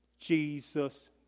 Jesus